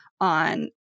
on